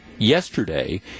Yesterday